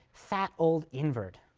fat, old invert,